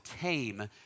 tame